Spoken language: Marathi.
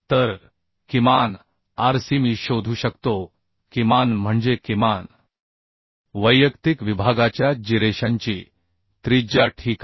तर किमान RCमी शोधू शकतो किमान म्हणजे किमान वैयक्तिक विभागाच्या जिरेशनची त्रिज्या ठीक आहे